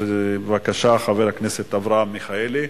בבקשה, חבר הכנסת אברהם מיכאלי.